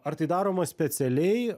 ar tai daroma specialiai